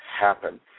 happen